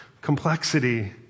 Complexity